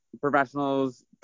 professionals